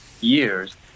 years